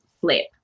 flip